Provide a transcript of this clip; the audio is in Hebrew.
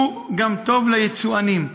הוא טוב גם ליצואנים.